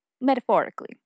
metaphorically